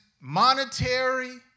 monetary